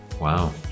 Wow